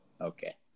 Okay